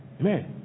Amen